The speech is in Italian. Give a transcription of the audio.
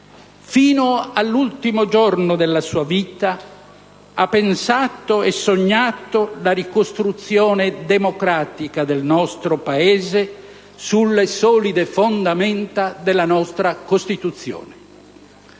Fino all'ultimo giorno della sua vita ha pensato e sognato la ricostruzione democratica del nostro Paese sulle solide fondamenta della nostra Costituzione.